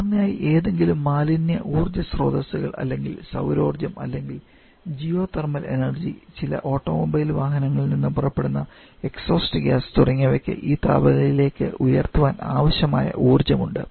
സാധാരണയായി ഏതെങ്കിലും മാലിന്യ ഊർജ്ജ സ്രോതസ്സുകൾ അല്ലെങ്കിൽ സൌരോർജ്ജം അല്ലെങ്കിൽ geothermal energy 9geo thermal energy ചില ഓട്ടോമൊബൈൽ വാഹനങ്ങളിൽ നിന്ന് പുറപ്പെടുന്ന എക്സോസ്റ്റ് ഗ്യാസ് തുടങ്ങിയവയ്ക്ക് ഈ താപനിലയിലേക്ക് ഉയർത്താൻ ആവശ്യമായ ഊർജ്ജം ഉണ്ട്